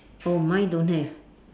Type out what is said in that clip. oh mine don't have